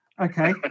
Okay